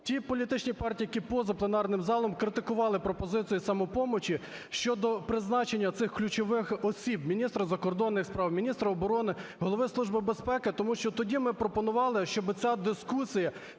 ті політичні партії, які поза пленарним залом критикували пропозицію "Самопомочі" щодо призначення цих ключових осіб: міністра закордонних справ, міністра оборони, Голови Служби безпеки. Тому що тоді ми пропонували, щоби ця дискусія